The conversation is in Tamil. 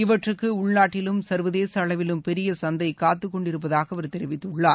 இவற்றுக்கு உள்நாட்டிலும் சர்வதேச அளவிலும் பெரிய சந்தை காத்துக்கொண்டிருப்பதாக அவர் தெரிவித்துள்ளார்